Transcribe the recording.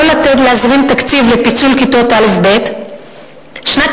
לא להזרים תקציב לפיצול כיתות א'-ב' שנת